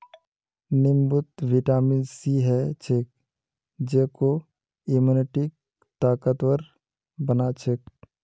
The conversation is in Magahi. नींबूत विटामिन सी ह छेक जेको इम्यूनिटीक ताकतवर बना छेक